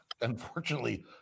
unfortunately